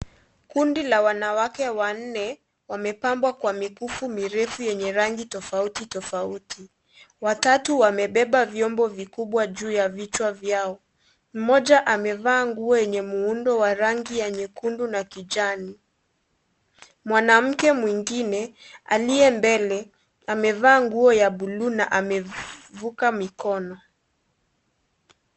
Kundi la wanawake wanne wamepambwa kwa mikufu mirefu yenye rangi tofautitofauti. Watatu wamebeba vyombo vikubwa juu ya vichwa vyao. Mmoja amevaa nguo yenye muundo wa rangi ya nyekundu na kijani. Mwanamke mwengine aliye mbele amevaa nguo ya buluu na amevuka mikono.